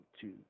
two